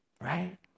right